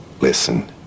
Listen